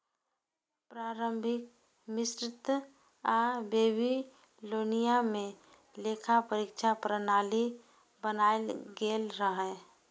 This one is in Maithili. प्रारंभिक मिस्र आ बेबीलोनिया मे लेखा परीक्षा प्रणाली बनाएल गेल रहै